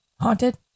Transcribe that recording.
Haunted